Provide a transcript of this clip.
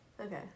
okay